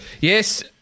Yes